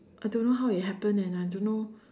I don't know how it happened and I don't know